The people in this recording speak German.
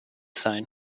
sein